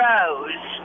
Rose